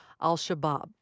al-Shabaab